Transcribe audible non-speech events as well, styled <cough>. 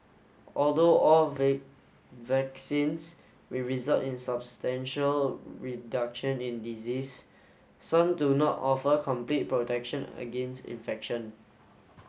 although all <unintelligible> vaccines may result in substantial reduction in disease some do not offer complete protection against infection